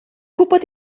gwybod